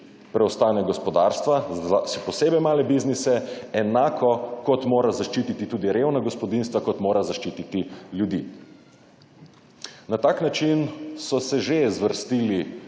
preostanek gospodarstva, še posebej male biznise, enako kot mora zaščititi tudi revna gospodinjstva kot mora zaščititi ljudi. Na tak način so se že zvrstili